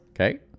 Okay